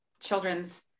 children's